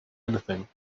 anything